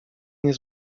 nie